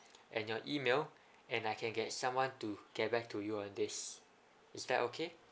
and your email and I can get someone to get back to you on this is that okay